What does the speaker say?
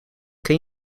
ken